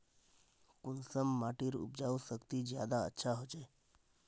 कुंसम माटिर उपजाऊ शक्ति ज्यादा अच्छा होचए?